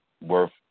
worth